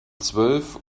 zwölf